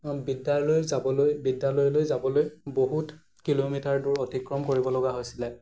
বিদ্য়ালয় যাবলৈ বিদ্যালয়লৈ যাবলৈ বহুত কিলোমিটাৰ দূৰ অতিক্ৰম কৰিবলগা হৈছিলে